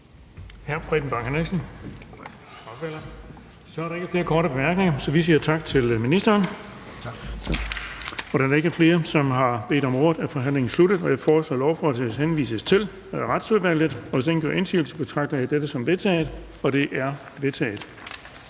Så er der ikke flere korte bemærkninger, og så siger vi tak til justitsministeren. Da der ikke er flere, der har bedt om ordet, er forhandlingen sluttet. Jeg foreslår, at lovforslaget henvises til Retsudvalget, og hvis ingen gør indsigelse, betragter jeg det som vedtaget. Det er vedtaget.